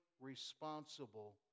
responsible